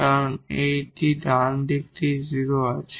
কারণ এই ডান হাতটি 0 আছে